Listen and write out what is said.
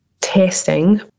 testing